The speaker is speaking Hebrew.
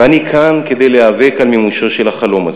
ואני כאן כדי להיאבק על מימושו של החלום הזה.